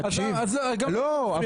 אז גם לי לא מפריע.